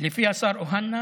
לפי השר אוחנה,